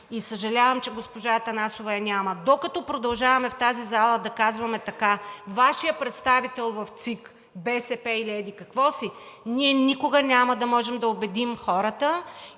Съжалявам, че госпожа Атанасова я няма. Докато продължаваме в тази зала да казваме така: Вашият представител в ЦИК – БСП или еди-кой си, то ние никога няма да можем да убедим хората